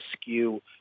skew